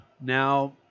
Now